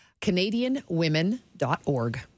canadianwomen.org